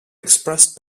expressed